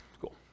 cool